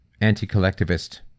anti-collectivist